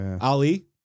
Ali